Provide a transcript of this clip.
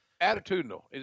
Attitudinal